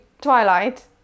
Twilight